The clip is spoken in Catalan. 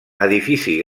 edifici